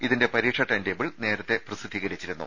ഇതിന്റെ പരീക്ഷാ ടൈംടേബിൾ നേരത്തെ പ്രസിദ്ധീകരിച്ചിരുന്നു